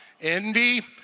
Envy